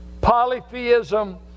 Polytheism